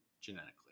genetically